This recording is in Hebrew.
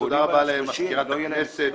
תודה רבה למזכירת הכנסת.